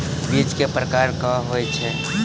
बीज केँ प्रकार कऽ होइ छै?